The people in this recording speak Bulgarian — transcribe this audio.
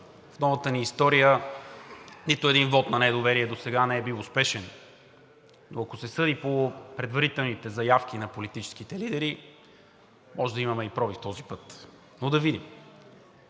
в новата ни история нито един вот на недоверие досега не е бил успешен, но ако се съди по предварителните заявки на политическите лидери, може да имаме и пробив този път. Но да видим.